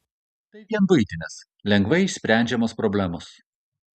tai vien buitinės lengvai išsprendžiamos problemos